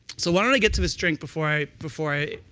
so but don't we get to this drink before i before i